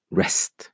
rest